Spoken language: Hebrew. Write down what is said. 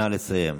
נא לסיים.